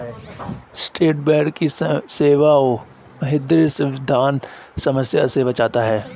strawberry का सेवन ह्रदय संबंधी समस्या से बचाता है